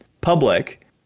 public